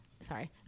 sorry